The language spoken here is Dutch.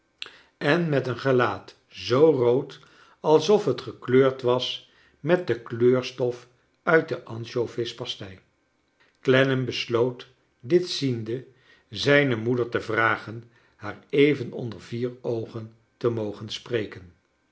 en met een gelaat zoo rood alsof het gekleurd was met de j kleurstof uit de ansjovispastei clennam besloot dit ziende zijne moeder te vragen haar even onder vier oogen te mogen spreken